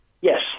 Yes